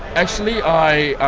actually i